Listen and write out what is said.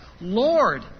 Lord